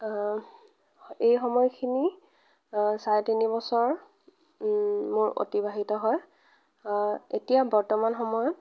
এই সময়খিনি চাৰে তিনি বছৰ মোৰ অতিবাহিত হয় এতিয়া বৰ্তমান সময়ত